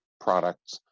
products